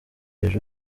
ejo